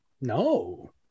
No